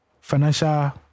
financial